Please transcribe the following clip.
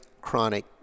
chronic